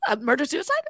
Murder-suicide